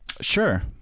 Sure